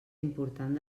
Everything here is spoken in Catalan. important